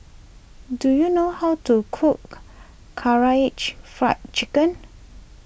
do you know how to cook Karaage Fried Chicken